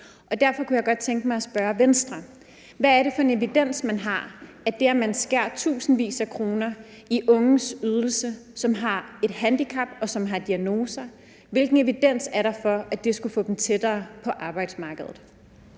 Derfor kunne jeg godt tænke mig at spørge Venstre: Hvilken evidens er der for, at det, at man skærer tusindvis af kroner i ydelsen til unge, som har et handicap, og som har diagnoser, skulle få dem tættere på arbejdsmarkedet?